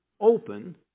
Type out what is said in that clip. open